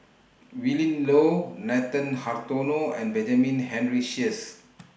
Willin Low Nathan Hartono and Benjamin Henry Sheares